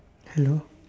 hello